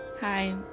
Hi